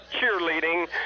cheerleading